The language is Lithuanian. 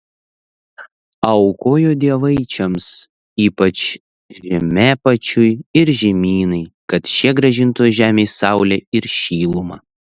aukojo dievaičiams ypač žemėpačiui ir žemynai kad šie grąžintų žemei saulę ir šilumą